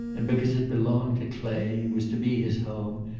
and because it belonged to clay, was to be his home,